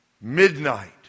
Midnight